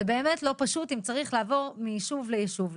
זה באמת לא פשוט אם צריך לעבור מיישוב ליישוב,